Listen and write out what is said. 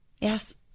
Yes